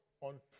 on